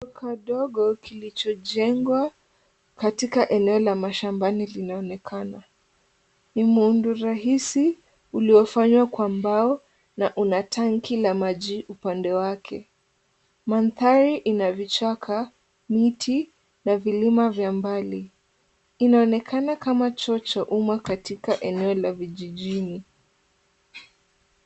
Kadogo kilichojengwa katika eneo la mashambani linaonekana. Ni muundo rahisi uliofanywa kwa mbao na una tanki la maji upande wake. Mandhari ina vichaka, miti na vilima vya mbali. Inaonekana kama chuo cha umma katika eneo la vijijini.